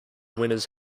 winners